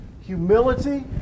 humility